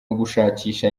ugushakisha